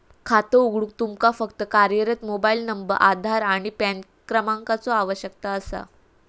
खातो उघडूक तुमका फक्त कार्यरत मोबाइल नंबर, आधार आणि पॅन क्रमांकाचो आवश्यकता असा